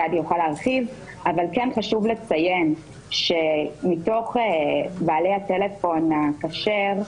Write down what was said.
גדי יוכל להרחיב אבל כן חשוב לציין שמתוך בעלי הטלפונים הכשרים,